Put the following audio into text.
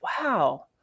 wow